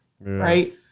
right